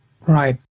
right